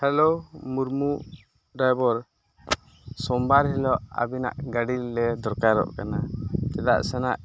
hello Murmu driver ᱥᱚᱢᱵᱟᱨ ᱦᱤᱞᱳᱜ ᱟᱹᱵᱤᱱᱟᱜ ᱜᱟᱹᱰᱤ ᱞᱮ ᱫᱚᱨᱠᱟᱨᱚᱜ ᱠᱟᱱᱟ ᱪᱮᱫᱟᱜ ᱥᱮ ᱚᱱᱟ